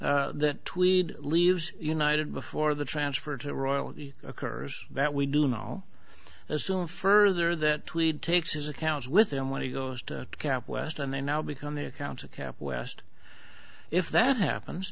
e that tweed leaves united before the transfer to royal occurs that we do now assume further that tweed takes his accounts with him when he goes to camp west and they now become the accounts of camp west if that happens